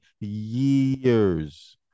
years